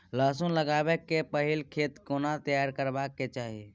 लहसुन लगाबै के पहिले खेत केना तैयार करबा के चाही?